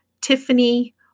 Tiffany